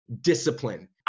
Discipline